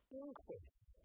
increase